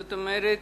זאת אומרת,